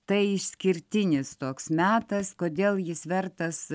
tai išskirtinis toks metas kodėl jis vertas